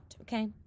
okay